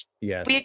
Yes